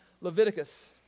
Leviticus